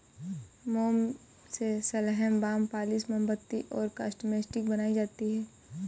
मोम से मलहम, बाम, पॉलिश, मोमबत्ती और कॉस्मेटिक्स बनाई जाती है